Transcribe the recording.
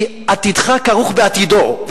כי עתידך כרוך בעתידו.